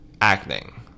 acting